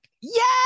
yes